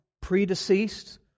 predeceased